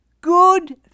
Good